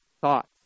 thoughts